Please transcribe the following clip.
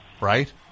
right